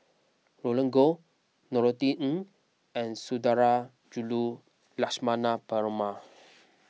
Roland Goh Norothy Ng and Sundarajulu Lakshmana Perumal